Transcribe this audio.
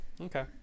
okay